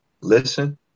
listen